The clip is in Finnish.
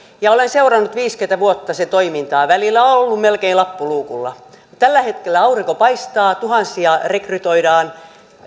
ja olen seurannut viisikymmentä vuotta sen toimintaa välillä on ollut melkein lappu luukulla tällä hetkellä aurinko paistaa tuhansia rekrytoidaan